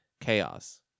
chaos